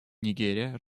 нигерия